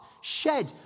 shed